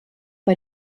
bei